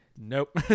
Nope